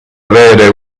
avere